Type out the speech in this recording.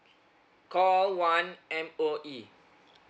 call one M_O_E